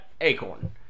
acorn